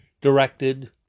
directed